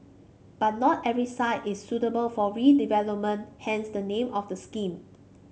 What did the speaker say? but not every site is suitable for redevelopment hence the name of the scheme